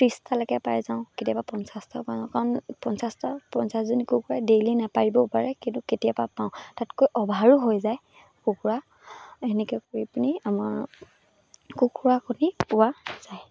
ত্ৰিছটালৈকে পাই যাওঁ কেতিয়াবা পঞ্চাছটা পাওঁ কাৰণ পঞ্চাছটা পঞ্চাছজনী কুকুৰাই ডেইলি নাপাৰিব পাৰে কিন্তু কেতিয়াবা পাওঁ তাতকৈ অভাৰো হৈ যায় কুকুৰা তেনেকৈ কৰি পিনি আমাৰ কুকুৰা কণী পোৱা যায়